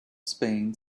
spain